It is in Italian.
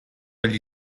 agli